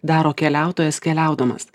daro keliautojas keliaudamas